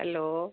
hello